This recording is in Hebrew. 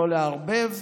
לא לערבב,